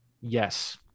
yes